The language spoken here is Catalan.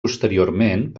posteriorment